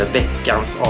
veckans